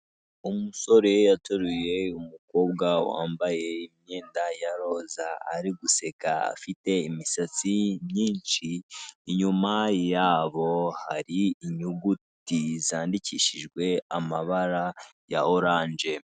Umusore ateruye umukobwa wambaye imyenda y'iroza ari guseka afite imisatsi myinshi, inyuma yabo hari inyuguti zandikishijwe amabara ya orange.